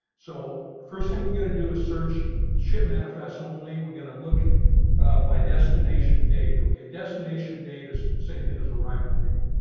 so first thing we're going to do is search ship manifests only we're going to look by destination date okay destination data is same thing as arrival date.